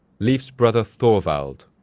leif's brother thorvald,